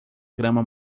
grama